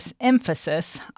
emphasis